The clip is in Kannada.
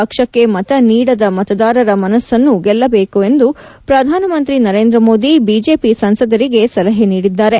ಪಕ್ಷಕ್ಕೆ ಮತ ನೀಡದ ಮತದಾರರ ಮನಸ್ಪನ್ನೂ ಗೆಲ್ಲಬೇಕೆಂದು ಪ್ರಧಾನಮಂತ್ರಿ ನರೇಂದ್ರ ಮೋದಿ ಬಿಜೆಪಿ ಸಂಸದರಿಗೆ ಸಲಹೆ ನೀಡಿದ್ದಾರೆ